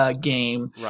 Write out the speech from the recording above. game